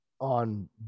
on